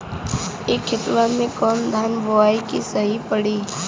ए खेतवा मे कवन धान बोइब त सही पड़ी?